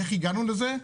איך הגענו לזה?